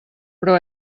però